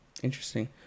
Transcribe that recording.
interesting